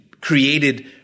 created